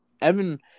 Evan –